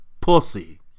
Pussy